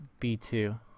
B2